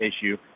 issue